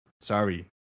sorry